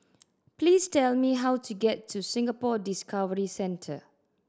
please tell me how to get to Singapore Discovery Centre